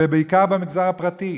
ובעיקר במגזר הפרטי,